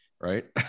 right